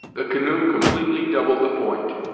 the canoe completely doubled the point,